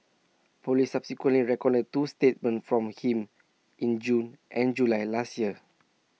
Police subsequently recorded two statements from him in June and July last year